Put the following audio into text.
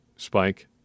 Spike